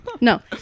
no